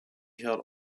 held